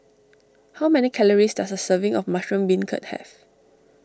how many calories does a serving of Mushroom Beancurd have